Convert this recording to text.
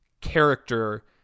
character